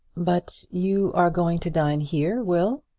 but you are going to dine here, will?